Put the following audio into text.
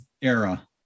era